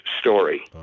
story